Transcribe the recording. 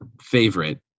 favorite